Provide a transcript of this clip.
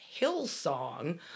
Hillsong